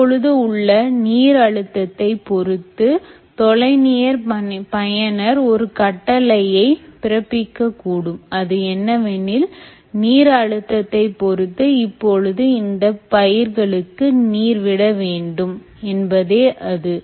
இப்பொழுது உள்ள நீர் அழுத்தத்தைப் பொறுத்து தொலைநிலை பயனர் ஒரு கட்டளையை பிறப்பிக்க கூடும் அது என்னவெனில் நீர் அழுத்தத்தைப் பொறுத்து இப்பொழுது இந்தப் பயிர்களுக்கு நீர் விட வேண்டும் என்பதே அது